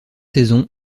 saisons